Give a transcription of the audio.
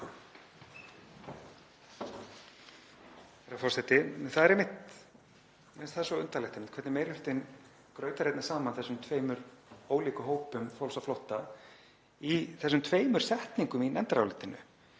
einmitt svo undarlegt hvernig meiri hlutinn grautar saman þessum tveimur ólíkum hópum fólks á flótta í þessum tveimur setningum í nefndarálitinu.